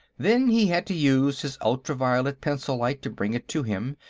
then he had to use his ultraviolet pencil-light to bring it to him,